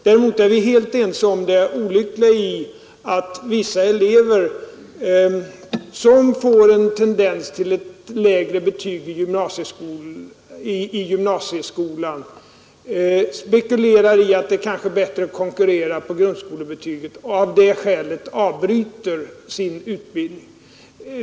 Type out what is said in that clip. Däremot är herr Schött och jag helt ense om det olyckliga i att vissa elever, som riskerar att få ett lägre betyg i gymnasieskolan, spekulerar i att det kanske är bättre att konkurrera på grundskolebetyget och av det skälet avbryter sin utbildning.